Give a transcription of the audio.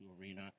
Arena